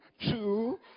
two